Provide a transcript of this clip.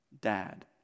dad